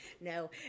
No